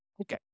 Okay